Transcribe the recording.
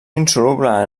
insoluble